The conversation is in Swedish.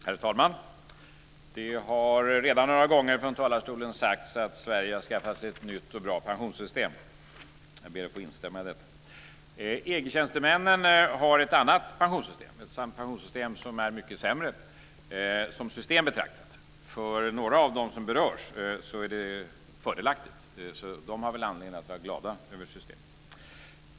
Herr talman! Det har redan sagts några gånger från talarstolen att Sverige har skaffat sig ett nytt och bra pensionssystem. Jag ber att få instämma i det. EG-tjänstemännen har ett annat pensionssystem, som är mycket sämre som system betraktat. För några av dem som berörs är det fördelaktigt, och de har väl anledning att vara glada över det systemet.